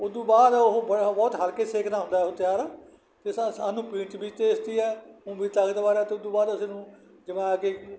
ਉਧੂ ਬਾਅਦ ਉਹ ਬਹੁਤ ਬਹੁਤ ਹਲਕੇ ਸੇਕ ਨਾਲ ਹੁੰਦਾ ਹੈ ਉਹ ਤਿਆਰ ਅਤੇ ਸ ਸਾਨੂੰ ਪੀਣ 'ਚ ਵੀ ਟੇਸਟੀ ਹੈ ਊਂ ਵੀ ਤਾਕਤਵਾਰ ਹੈ ਅਤੇ ਉਧੂ ਬਾਅਦ ਅਸੀਂ ਉਹਨੂੰ ਜਮਾ ਕੇ